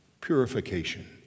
Purification